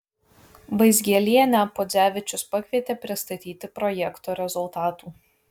vaizgielienę podzevičius pakvietė pristatyti projekto rezultatų